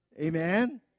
Amen